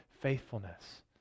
faithfulness